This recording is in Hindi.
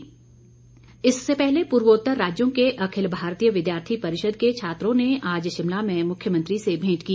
एबीवीपी सीएम इससे पहले पूर्वोत्तर राज्यों के अखिल भारतीय विद्यार्थी परिषद के छात्रों ने आज शिमला में मुख्यमंत्री से भेंट की